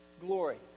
glory